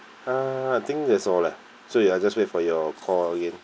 uh I think that's all leh so ya I will just wait for your call again